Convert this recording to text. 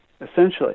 essentially